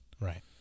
right